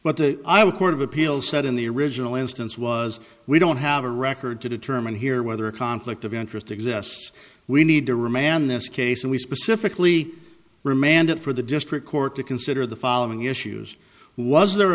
but the i have a court of appeals said in the original instance was we don't have a record to determine here whether a conflict of interest exists we need to remand this case and we specifically remand it for the district court to consider the following issues was there